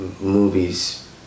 movies